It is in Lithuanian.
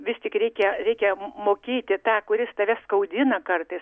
vis tik reikia reikia mokėti tą kuris tave skaudina kartais